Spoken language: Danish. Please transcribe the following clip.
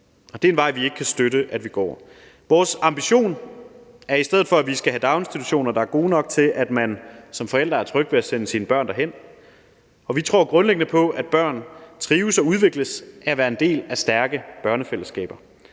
Det er en vej, vi ikke kan støtte at man går. Vores ambition er i stedet for, at vi skal have daginstitutioner, der er gode nok til, at man som forælder er tryg ved at sende sine børn derhen. Vi tror grundlæggende på, at børn trives og udvikles af at være en del af stærke børnefællesskaber